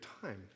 time